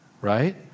right